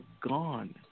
gone